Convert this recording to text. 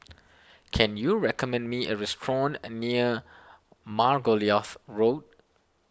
can you recommend me a restaurant and near Margoliouth Road